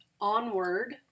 Onward